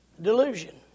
Delusion